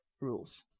rules